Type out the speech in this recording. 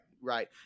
Right